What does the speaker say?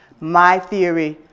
my theory,